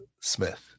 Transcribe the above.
Smith